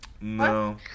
No